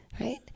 right